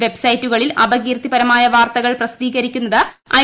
വെബ്ബ്സൈറ്റുകളിൽ അപകീർത്തിപരമായ വാർത്തകൾ പ്രസിദ്ധീകരിക്കുന്നത് ഐ